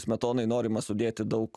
smetonai norima sudėti daug